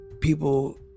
people